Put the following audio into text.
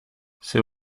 seu